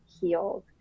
healed